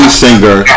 singer